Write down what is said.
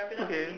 okay